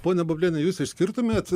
ponia bubliene jūs išskirtumėt